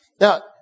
Now